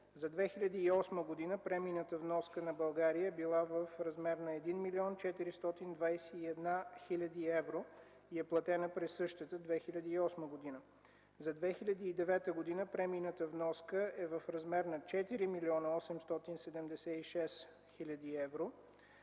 За 2008 г. премийната вноска на България е била в размер на 1 млн. 421 хил. евро и е платена през същата 2008 г. За 2009 г. премийната вноска е в размер на 4 млн. 876 хил. евро,